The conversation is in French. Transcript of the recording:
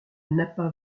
napa